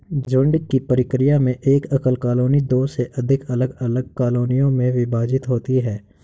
झुंड की प्रक्रिया में एक एकल कॉलोनी दो से अधिक अलग अलग कॉलोनियों में विभाजित हो जाती है